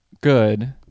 good